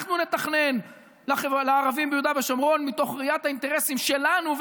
שאנחנו נתכנן לערבים ביהודה ושומרון מתוך ראיית האינטרסים שלנו,